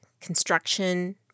construction